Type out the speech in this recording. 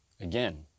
Again